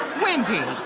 wendy,